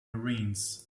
marines